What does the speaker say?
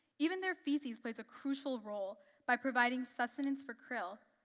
even their feces plays a crucial role by providing sustenance for krill,